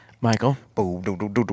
Michael